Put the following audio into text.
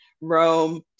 rome